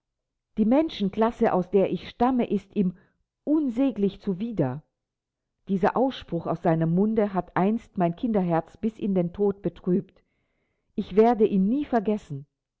die menschenklasse aus der ich stamme ist ihm unsäglich zuwider dieser ausspruch aus seinem munde hat einst mein kinderherz bis in den tod betrübt ich werde ihn nie vergessen